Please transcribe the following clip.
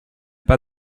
pas